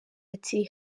ati